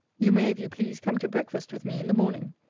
you may, if you please, come to breakfast with me in the morning.